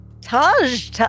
Taj